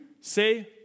say